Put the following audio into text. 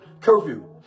Curfew